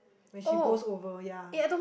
when she goes over ya